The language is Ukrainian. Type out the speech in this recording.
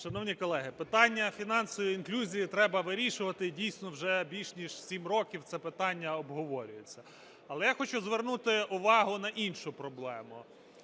Шановні колеги, питання фінансової інклюзії треба вирішувати. І, дійсно, вже більш ніж сім років це питання обговорюється. Але я хочу звернути увагу на іншу проблему.